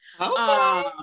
Okay